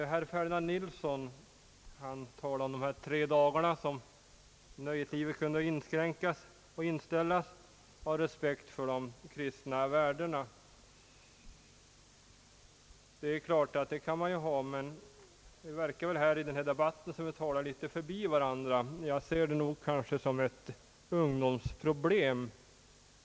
Herr Ferdinand Nilsson talade om de tre dagarna då nöjeslivet kunde inskränkas av respekt för de kristna värdena. Visst kan man ha sådan respekt, men det verkar som om vi talar förbi varandra i denna debatt. Jag ser det nog kanske som ett ungdomsproblem.